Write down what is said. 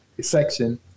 section